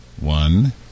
One